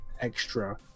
extra